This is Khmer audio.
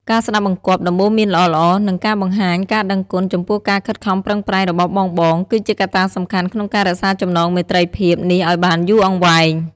ការស្ដាប់បង្គាប់ ដំបូន្មានល្អៗ និង ការបង្ហាញការដឹងគុណ ចំពោះការខិតខំប្រឹងប្រែងរបស់បងៗ គឺជាកត្តាសំខាន់ក្នុងការរក្សាចំណងមេត្រីភាពនេះឱ្យបានយូរអង្វែង។